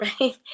right